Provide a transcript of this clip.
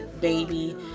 baby